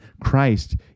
Christ